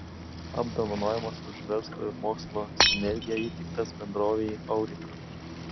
apdovanojimas už verslo ir mokslo sinergiją įteiktas bendrovei aurika